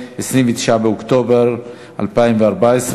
29 באוקטובר 2014,